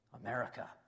America